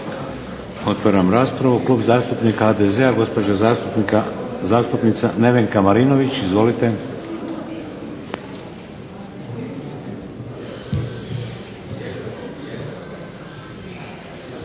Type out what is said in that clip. Otvaram raspravu. Klub zastupnika HDZ-a, gospođa zastupnica Nevenka Marinović. Izvolite.